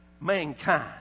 mankind